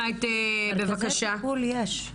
מרכזי טיפול יש.